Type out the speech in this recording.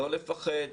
לא לפחד.